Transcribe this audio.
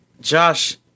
Josh